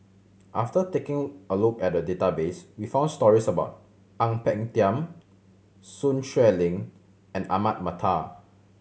after taking a look at the database we found stories about Ang Peng Tiam Sun Xueling and Ahmad Mattar